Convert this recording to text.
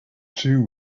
two